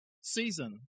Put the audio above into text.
season